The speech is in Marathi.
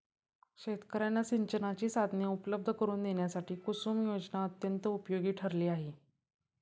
शेतकर्यांना सिंचनाची साधने उपलब्ध करून देण्यासाठी कुसुम योजना अत्यंत उपयोगी ठरली आहे